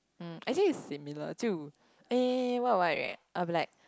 mm actually it's similar too eh eh eh what would I react I'll be like